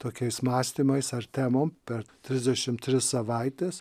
tokiais mąstymais ar temom per trisdešim tris savaites